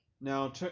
Now